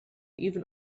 even